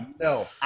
no